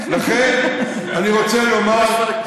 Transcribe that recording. לכן אני רוצה לומר,